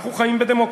אנחנו חיים בדמוקרטיה,